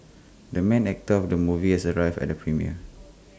the main actor of the movie has arrived at the premiere